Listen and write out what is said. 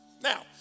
Now